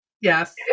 Yes